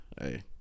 Hey